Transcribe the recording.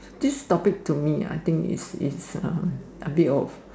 this topic to me I think is is uh a bit off